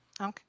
Okay